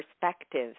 perspective